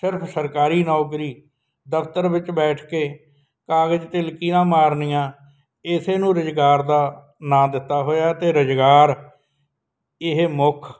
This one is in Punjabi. ਸਿਰਫ ਸਰਕਾਰੀ ਨੌਕਰੀ ਦਫ਼ਤਰ ਵਿੱਚ ਬੈਠ ਕੇ ਕਾਗਜ਼ 'ਤੇ ਲਕੀਰਾਂ ਮਾਰਨੀਆਂ ਇਸੇ ਨੂੰ ਰੁਜ਼ਗਾਰ ਦਾ ਨਾਂ ਦਿੱਤਾ ਹੋਇਆ ਅਤੇ ਰੁਜ਼ਗਾਰ ਇਹ ਮੁੱਖ